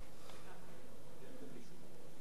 שלוש דקות